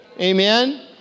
Amen